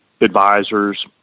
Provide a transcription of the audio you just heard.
advisors